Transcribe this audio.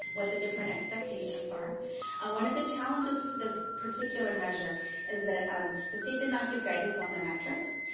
what the different expectations are. and one of the challenges for this particular measure is that um the state did not give guidance on the metrics,